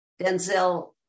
Denzel